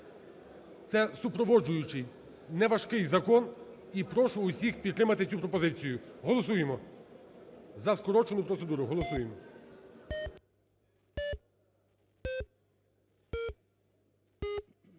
Це супроводжуючий неважкий закон і прошу усіх підтримати цю пропозицію. Голосуємо за скорочену процедуру. Голосуємо.